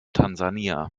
tansania